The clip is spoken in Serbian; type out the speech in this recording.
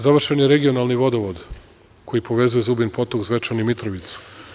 Završen je regionalni vodovod koji povezuje Zubin Potok, Zvečan i Mitrovicu.